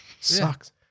Sucks